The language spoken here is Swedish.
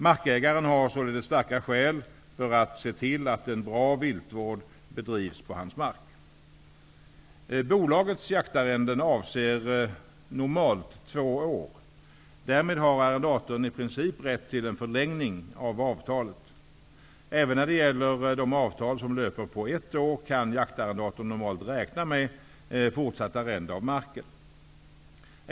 Markägaren har således starka skäl för att se till att en bra viltvård bedrivs på hans mark. Därmed har arrendatorn i princip rätt till förlängning av avtalet. Även när det gäller de avtal som löper på ett år kan jaktarrendatorn normalt räkna med fortsatt arrende av marken.